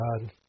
God